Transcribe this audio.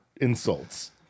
insults